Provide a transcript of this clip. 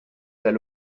plats